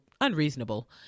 unreasonable